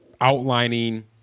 outlining